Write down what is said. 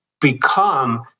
become